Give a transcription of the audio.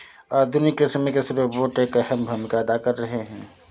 आधुनिक कृषि में कृषि रोबोट एक अहम भूमिका अदा कर रहे हैं